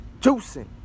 juicing